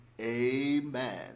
Amen